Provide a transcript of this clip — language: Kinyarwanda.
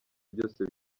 byose